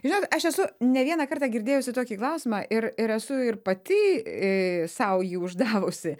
žinot aš esu ne vieną kartą girdėjusi tokį klausimą ir ir esu ir pati sau jį uždavusi